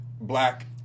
black